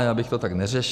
Já bych to tak neřešil.